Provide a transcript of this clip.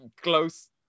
Close